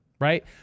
right